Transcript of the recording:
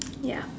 ya